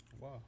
Wow